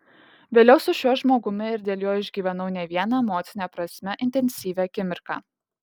vėliau su šiuo žmogumi ir dėl jo išgyvenau ne vieną emocine prasme intensyvią akimirką